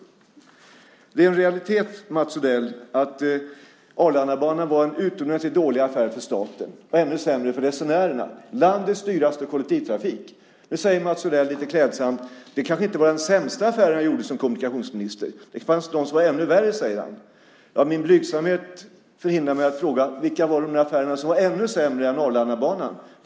Det är en realitet, Mats Odell, att Arlandabanan var en utomordentligt dålig affär för staten och ännu sämre för resenärerna. Det är landets dyraste kollektivtrafik. Nu säger Mats Odell lite klädsamt att det kanske inte var den sämsta affär han gjorde som kommunikationsminister. Det fanns de som var ännu värre, säger han. Min blygsamhet förhindrar mig att fråga vilka affärer som var ännu sämre än Arlandabanan.